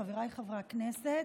חבריי חברי הכנסת,